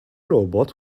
robot